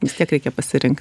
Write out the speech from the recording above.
vis tiek reikia pasirinkt